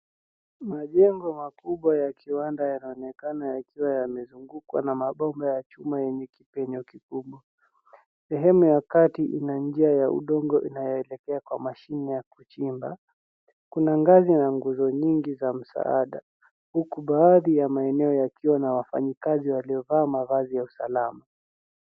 Majengo makubwa ya viwanda yanaonekana yakiwa yamezungukwa na mabomba ya chuma yenye kipenyeo kikubwa. Sehemu ya kati ina njia ya udongo inayoelekea kwa mashine ya kuchimba. Kuna ngazi na nguzo nyingi za msaada huku baadhi ya maeneo yakiwa na wafanyikazi waliovaa mavazi ya usalama.